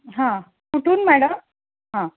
हां कुठून मॅडम हां